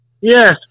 Yes